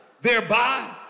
thereby